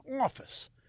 office